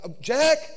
Jack